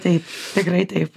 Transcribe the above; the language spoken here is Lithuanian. taip tikrai taip